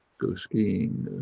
go skiing,